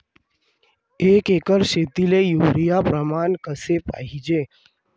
एक एकर शेतीले युरिया प्रमान कसे पाहिजे?